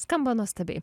skamba nuostabiai